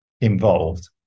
involved